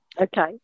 Okay